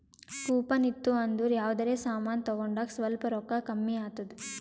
coupon ಇತ್ತು ಅಂದುರ್ ಯಾವ್ದರೆ ಸಮಾನ್ ತಗೊಂಡಾಗ್ ಸ್ವಲ್ಪ್ ರೋಕ್ಕಾ ಕಮ್ಮಿ ಆತ್ತುದ್